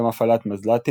גם הפעלת מזל"טים,